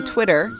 Twitter